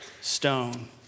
stone